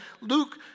Luke